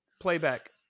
Playback